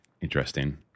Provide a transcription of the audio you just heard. interesting